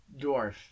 Dwarf